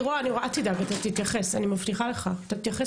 אבל בסוף זה תלוי